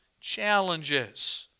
challenges